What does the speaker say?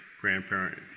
grandparent